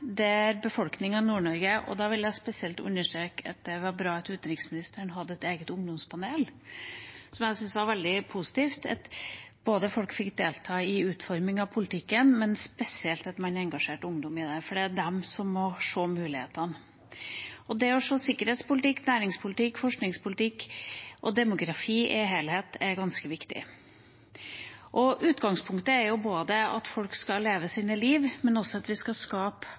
Og da vil jeg spesielt understreke at det var bra at utenriksministeren hadde et eget ungdomspanel. Jeg syns det var veldig positivt at folk fikk delta i utforminga av politikken, men spesielt at man engasjerte ungdommen i det. Det er de som må se mulighetene. Det å se sikkerhetspolitikk, næringspolitikk, forskningspolitikk og demografi i helhet er ganske viktig. Utgangspunktet er både at folk skal leve sine liv, og også at man skal skape